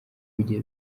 kujya